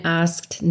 asked